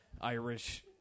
Irish